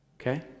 okay